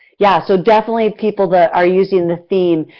yeah, so definitely people that are using the theme,